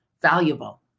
valuable